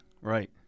Right